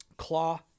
Claw